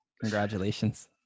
Congratulations